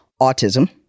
autism